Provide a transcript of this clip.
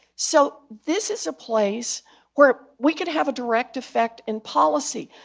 so this is a place where we could have a direct effect in policy.